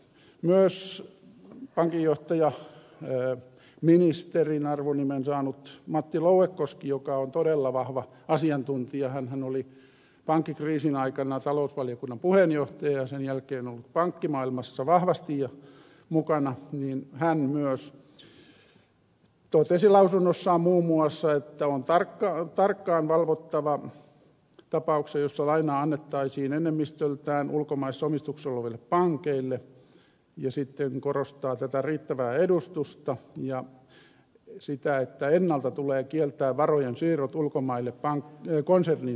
myös pankinjohtaja ministerin arvonimen saanut matti louekoski joka on todella vahva asiantuntija hänhän oli pankkikriisin aikana talousvaliokunnan puheenjohtaja ja sen jälkeen on ollut pankkimaailmassa vahvasti mukana niin hän myös totesi lausunnossaan muun muassa että on tarkkaan valvottava tapauksia joissa lainaa annettaisiin enemmistöltään ulkomaalaisomistuksessa oleville pankeille ja sitten hän korosti tätä riittävää edustusta ja sitä että ennalta tulee kieltää varojen siirrot ulkomaille konsernin sisäisesti ja niin edelleen